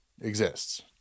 exists